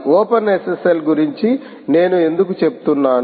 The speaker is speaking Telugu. ఓపెన్ఎస్ఎస్ఎల్గురించి నేను ఎందుకు చెప్తున్నాను